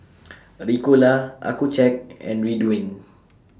Ricola Accucheck and Ridwind